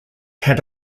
had